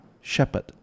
shepherd